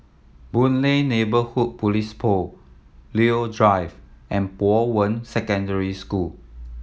Boon Lay Neighbourhood Police Post Leo Drive and Bowen Secondary School